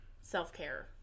self-care